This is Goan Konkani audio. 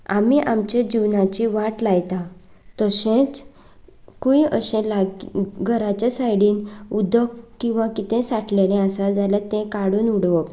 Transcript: आमी आमचे जिवनाची वाट लायता तशेंच खंय अशें लागीं घराच्या सायडीन उदक किंवा कितें साठलेलें आसा जाल्यार तें काडून उडोवप